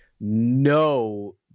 no